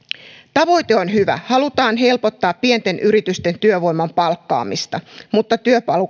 tavoite on hyvä halutaan helpottaa pienten yritysten työvoiman palkkaamista mutta